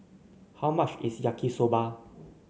how much is Yaki Soba